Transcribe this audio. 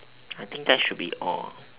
I think that should be all